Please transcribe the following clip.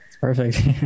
perfect